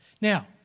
Now